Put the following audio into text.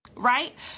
Right